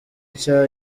nshya